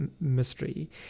mystery